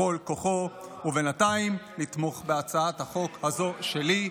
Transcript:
בכל כוחו, ובינתיים לתמוך בהצעת החוק הזו שלי.